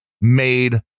made